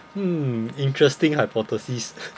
hmm interesting hypothesis